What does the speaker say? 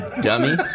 dummy